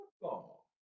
football